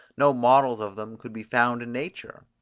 no models of them could be found in nature?